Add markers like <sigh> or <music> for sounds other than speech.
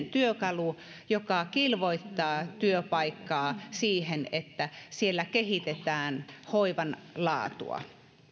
<unintelligible> työkalu joka kilvoittaa työpaikkaa siihen että siellä kehitetään hoivan laatua